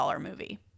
movie